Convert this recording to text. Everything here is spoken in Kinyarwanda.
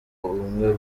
ubumwe